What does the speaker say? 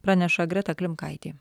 praneša greta klimkaitė